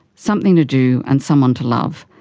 something to do and someone to love.